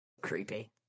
Creepy